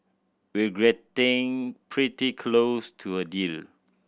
we're pretty close to a deal